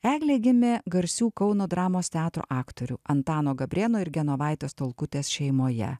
eglė gimė garsių kauno dramos teatro aktorių antano gabrėno ir genovaitės tolkutės šeimoje